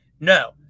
No